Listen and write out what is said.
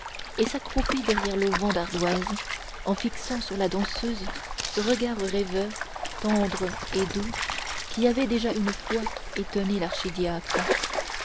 et s'accroupit derrière l'auvent d'ardoise en fixant sur la danseuse ce regard rêveur tendre et doux qui avait déjà une fois étonné